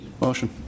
Motion